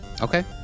Okay